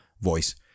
voice